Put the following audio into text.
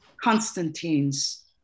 Constantine's